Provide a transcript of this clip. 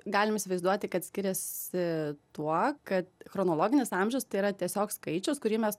galim įsivaizduoti kad skiriasi tuo kad chronologinis amžius tai yra tiesiog skaičius kurį mes